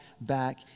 back